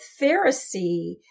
Pharisee